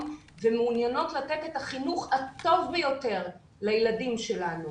ומעוניינות לתת את החינוך הטוב ביותר לילדים שלנו